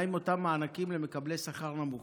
מה עם אותם מענקים למקבלי שכר נמוך?